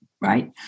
right